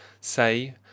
say